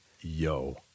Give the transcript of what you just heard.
Yo